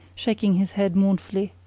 shaking his head mournfully.